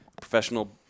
professional